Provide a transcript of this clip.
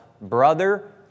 brother